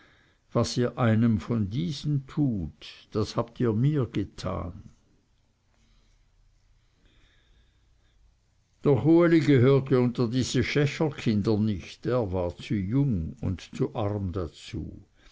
was ihr einem von diesen tut das habt ihr mir getan doch uli gehörte unter diese schächerkinder nicht er war zu jung und zu arm dazu